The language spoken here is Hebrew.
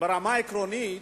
ברמה העקרונית,